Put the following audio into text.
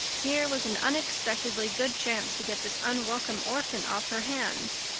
here was an unexpectedly good chance to get this unwelcome orphan off her hands,